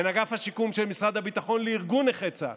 בין אגף השיקום של משרד הביטחון לארגון נכי צה"ל,